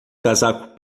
casaco